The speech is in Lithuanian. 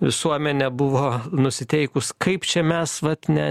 visuomenė buvo nusiteikus kaip čia mes vat ne